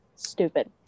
stupid